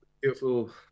beautiful